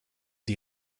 die